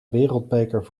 wereldbeker